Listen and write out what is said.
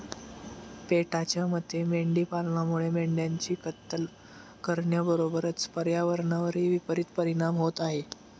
पेटाच्या मते मेंढी पालनामुळे मेंढ्यांची कत्तल करण्याबरोबरच पर्यावरणावरही विपरित परिणाम होत आहे